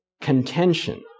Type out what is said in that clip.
contention